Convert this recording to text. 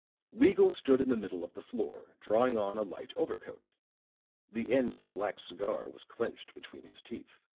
weagle stood in the middle of the floor, drawing on a light over-coat the end of a black cigar was clenched between his teeth.